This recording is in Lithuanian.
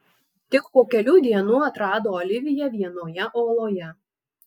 tik po kelių dienų atrado oliviją vienoje oloje